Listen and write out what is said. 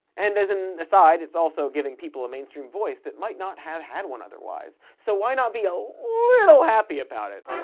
and as an aside it's also giving people a mainstream voice that might not have had one otherwise. so why not be a little happy about it?